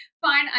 Fine